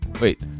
Wait